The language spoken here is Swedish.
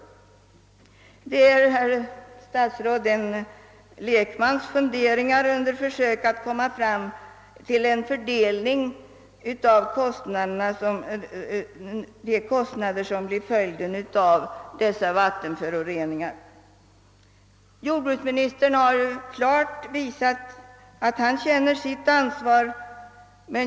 Det är, herr statsråd, en lekmans funderingar under försök att nå fram till en fördelning av de kostnader som blir följden av dessa vattenföroreningar. Jordbruksministern har klart visat att han känner sitt ansvar.